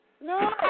No